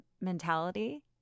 mentality